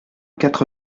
quatre